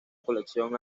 colección